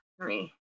Three